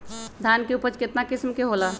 धान के उपज केतना किस्म के होला?